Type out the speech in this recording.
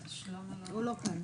הוא לא כאן.